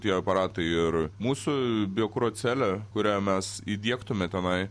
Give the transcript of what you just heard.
tie aparatai ir mūsų biokuro celė kurią mes įdiegtume tenai